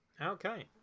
Okay